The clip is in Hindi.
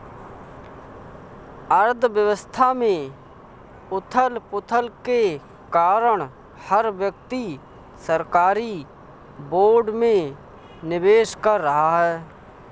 अर्थव्यवस्था में उथल पुथल के कारण हर व्यक्ति सरकारी बोर्ड में निवेश कर रहा है